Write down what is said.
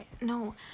no